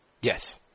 yes